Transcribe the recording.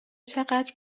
چقدر